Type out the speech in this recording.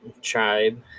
tribe